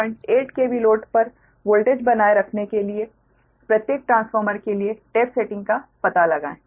138 KV load पर voltage बनाए रखने के लिए प्रत्येक ट्रांसफार्मर के लिए टेप सेटिंग का पता लगाएं